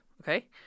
okay